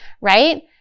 Right